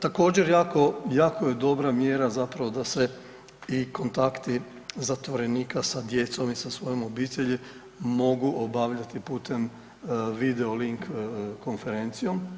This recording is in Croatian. Također jako je dobra mjera zapravo da se i kontakti zatvorenika sa djecom i sa svojom obitelji mogu obavljati putem video link konferencijom.